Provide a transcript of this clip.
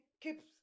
keeps